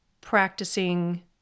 practicing